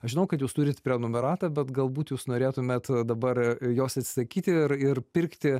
aš žinau jūs turit prenumeratą bet galbūt jūs norėtumėt dabar jos atsisakyti ir ir pirkti